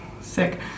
sick